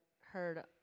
heard